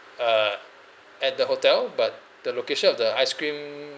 uh at the hotel but the location of the ice cream